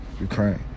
Ukraine